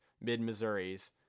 Mid-Missouri's